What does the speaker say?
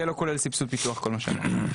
זה לא כולל סבסוד פיתוח, כל מה שאמרנו.